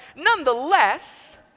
nonetheless